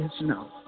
no